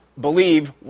believe